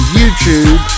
YouTube